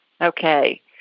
Okay